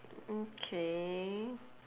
okay